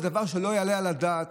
זה דבר שלא יעלה על הדעת